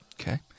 Okay